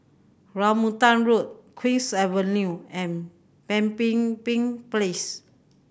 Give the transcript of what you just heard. Rambutan Road Queen's Avenue and Pemimpin Bin Place